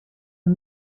the